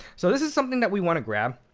so this is something that we want to grab.